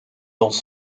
dans